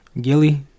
Gilly